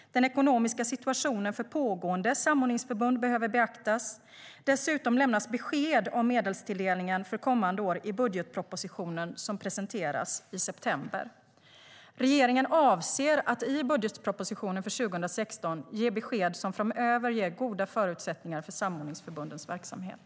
Den ekonomiska situationen för pågående samordningsförbund behöver beaktas. Dessutom lämnas besked om medelstilldelningen för kommande år i budgetpropositionen, som presenteras i september. Regeringen avser att i budgetpropositionen för 2016 ge besked som framöver ger goda förutsättningar för samordningsförbundens verksamhet.